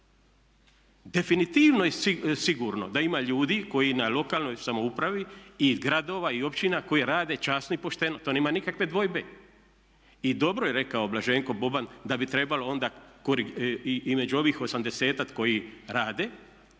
Definitivno je sigurno da ima ljudi koji na lokalnoj samoupravi i gradova i općina koji rade časno i pošteno, to nemam nikakve dvojbe. I dobro je rekao Blaženko Boban da bi trebalo onda i među ovih 80-ak koji rade